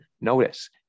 Notice